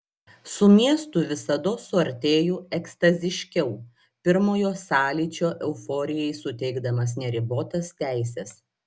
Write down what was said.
su miestu visados suartėju ekstaziškiau pirmojo sąlyčio euforijai suteikdamas neribotas teises